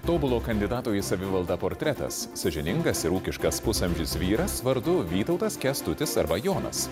tobulo kandidato į savivaldą portretas sąžiningas ir ūkiškas pusamžis vyras vardu vytautas kęstutis arba jonas